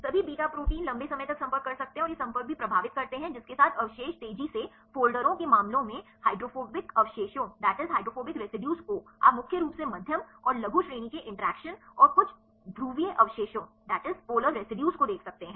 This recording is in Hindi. सभी बीटा प्रोटीन लंबे समय तक संपर्क कर सकते हैं और ये संपर्क भी प्रभावित करते हैं जिसके साथ अवशेष तेजी से फ़ोल्डरों के मामले में हाइड्रोफोबिक अवशेषों को आप मुख्य रूप से मध्यम और लघु श्रेणी के इंटरैक्शन और कुछ ध्रुवीय अवशेषों को देख सकते हैं